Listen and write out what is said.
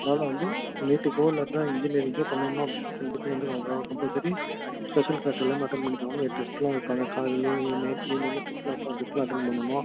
அதனால் வந்து நீட்டுக்கோ இல்லாட்டினா இன்ஜினியரிங்க்கோ பண்ணணும் அப்படின்னா கண்டிப்பாக வந்து அவங்களா கம்பல்சரி ஸ்பெஷல் க்ளாஸ் எல்லாமே அட்டன் பண்ணி தான் ஆகணும் ஏன் டெஸ்டெலாம் வைப்பாங்க காலையிலே நைட் ஈவினிங்கெலாம் டெஸ்டெலாம் வைப்பாங்க டெஸ்டெலாம் அட்டன் பண்ணணும்